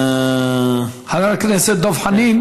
חבר הכנסת דב חנין.